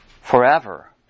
forever